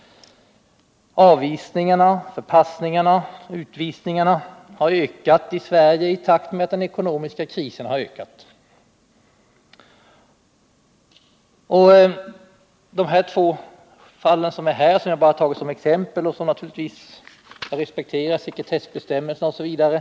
Avvisningarna, förpassningarna och utvisningarna har ökat i Sverige i takt med att den ekonomiska krisen har förvärrats. När det gäller de fall jag har tagit som exempel respekterar jag naturligtvis sekretessbestämmelser osv.